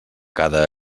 cada